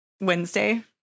Wednesday